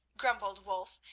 grumbled wulf,